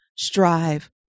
strive